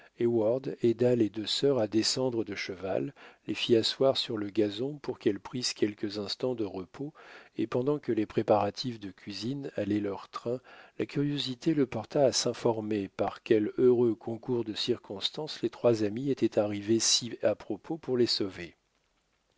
aida les deux sœurs à descendre de cheval les fit asseoir sur le gazon pour qu'elles prissent quelques instants de repos et pendant que les préparatifs de cuisine allaient leur train la curiosité le porta à s'informer par quel heureux concours de circonstances les trois amis étaient arrivés si à propos pour les sauver